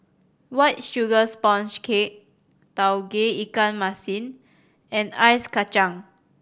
White Sugar Sponge Cake Tauge Ikan Masin and Ice Kachang